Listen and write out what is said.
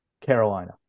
Carolina